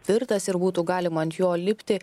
tvirtas ir būtų galima ant jo lipti